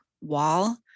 wall